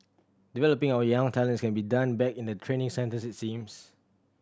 developing our young talents can be done back in the training centre it seems